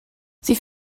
sie